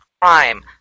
crime